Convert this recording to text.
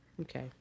Okay